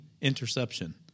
interception